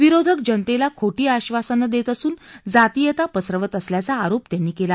विरोधक जनतेला खोटी आबासनं देत असून जातीयता पसरवत असल्याचा आरोप त्यांनी केला